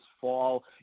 fall